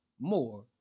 more